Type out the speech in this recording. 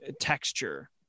texture